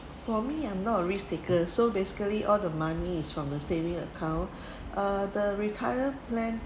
for me I'm not a risk taker so basically all the money is from a saving account uh the retire plan